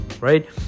right